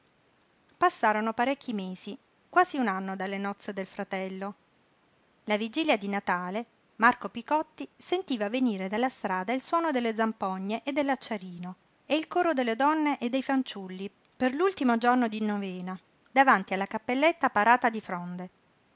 passarono parecchi mesi quasi un anno dalle nozze del fratello la vigilia di natale marco picotti sentiva venire dalla strada il suono delle zampogne e dell'acciarino e il coro delle donne e dei fanciulli per l'ultimo giorno di novena davanti alla cappelletta parata di fronde